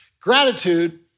Gratitude